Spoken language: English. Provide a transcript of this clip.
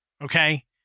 okay